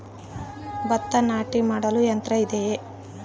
ಭತ್ತ ನಾಟಿ ಮಾಡಲು ಯಂತ್ರ ಇದೆಯೇ?